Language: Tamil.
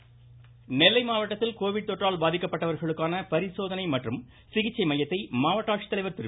விஷ்ணு கோவிட் நெல்லை மாவட்டத்தில் தொற்றால் பாதிக்கப்பட்டவர்களுக்கான பரிசோதனை மற்றும் சிகிச்சை மையத்தை மாவட்ட ஆட்சித்தலைவர் திரு